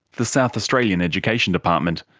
the south australian education department.